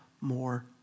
more